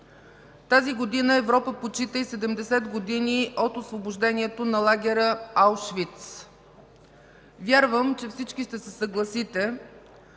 Тази година Европа почита и 70 години от освобождението на лагера Аушвиц. Вярвам, че всички ще се съгласите,